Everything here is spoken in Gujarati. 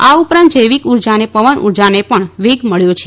આ ઉપરાંત જૈવિક ઉર્જા અને પવનઉર્જાને પણ વેગ મળ્યો છે